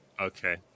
okay